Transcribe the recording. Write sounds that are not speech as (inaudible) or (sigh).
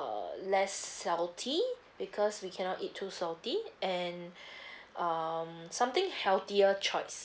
err less salty because we cannot eat too salty and (breath) um something healthier choice